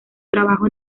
trabajo